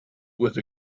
with